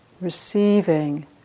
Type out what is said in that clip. receiving